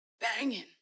Banging